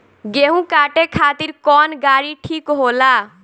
गेहूं काटे खातिर कौन गाड़ी ठीक होला?